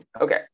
Okay